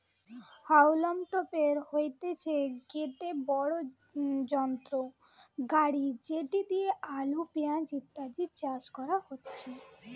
হাউলম তোপের হইতেছে গটে বড়ো যন্ত্র গাড়ি যেটি দিয়া আলু, পেঁয়াজ ইত্যাদি চাষ করাচ্ছে